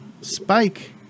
Spike